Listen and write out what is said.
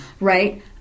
right